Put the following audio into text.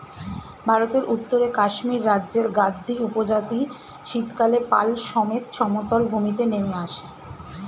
ভারতের উত্তরে কাশ্মীর রাজ্যের গাদ্দী উপজাতি শীতকালে পাল সমেত সমতল ভূমিতে নেমে আসে